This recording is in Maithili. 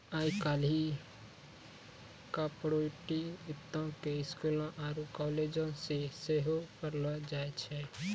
आइ काल्हि कार्पोरेट वित्तो के स्कूलो आरु कालेजो मे सेहो पढ़ैलो जाय छै